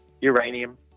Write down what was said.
uranium